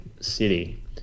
city